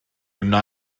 wna